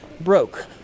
broke